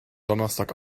donnerstag